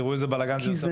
תראו איזה בלגן זה עושה.